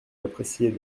l’apprécier